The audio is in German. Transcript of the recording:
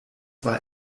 war